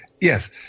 Yes